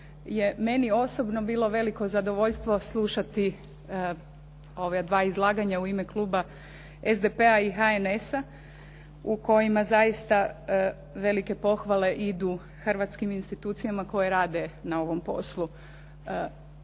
meni osobno bilo veliko zadovoljstvo slušati ova dva izlaganja u ime kluba SDP-a i HNS-a u kojima zaista velike pohvale idu hrvatskim institucijama koje rade na ovom poslu.